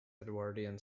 edwardian